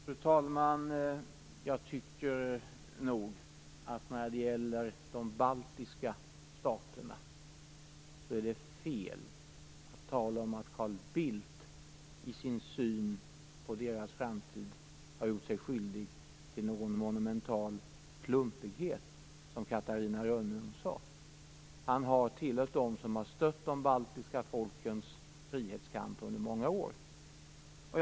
Fru talman! När det gäller de baltiska staterna tycker jag nog att det är fel att tala om att Carl Bildt i sin syn på deras framtid har gjort sig skyldig till någon monumental klumpighet, som Catarina Rönnung sade. Han hör till dem som har stött de baltiska folkens frihetskamp under många år. Fru talman!